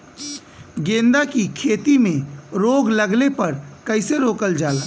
गेंदा की खेती में रोग लगने पर कैसे रोकल जाला?